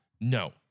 no